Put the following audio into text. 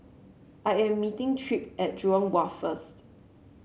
I am meeting Tripp at Jurong Wharf first